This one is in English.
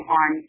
on